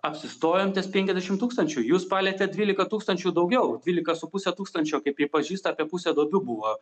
apsistojom ties penkiasdešim tūkstančių jūs palietėt dvylika tūkstančių daugiau dvylika su puse tūkstančio kaip pripažįsta apie pusę duobių buvo